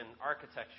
architecture